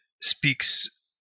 speaks